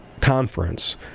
conference